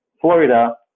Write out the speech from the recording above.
Florida